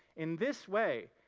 in this way,